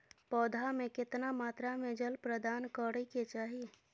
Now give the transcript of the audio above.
पौधा में केतना मात्रा में जल प्रदान करै के चाही?